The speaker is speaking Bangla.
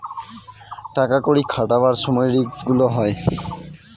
টাকা কড়ি খাটাবার সময় রিস্ক গুলো হয়